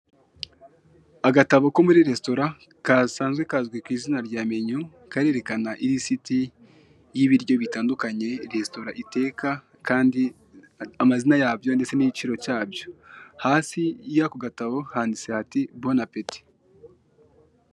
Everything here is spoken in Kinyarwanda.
Agatabo ko muri resitora gasanzwe kazwi ku izina rya menu karerekana ilisiti y'ibiryo bitandukanye resitora iteka kandi amazina yabyo ndetse n'igiciro cyabyo hasi y'ako gatabo handitse ati bonapeti.